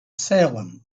salem